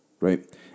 right